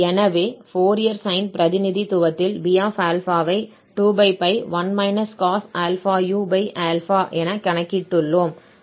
எனவே Fourier sine பிரதிநிதித்துவத்தில் B ∝ ஐ 2∝u என கணக்கிட்டுள்ளோம்